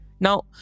Now